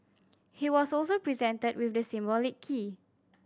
he was also presented with the symbolic key